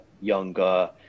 younger